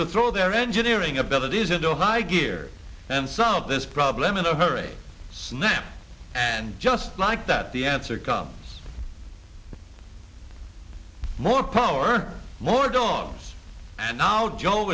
to throw their engineering abilities is a high gear and solve this problem in a hurry snap and just like that the answer comes more power more dogs and now joe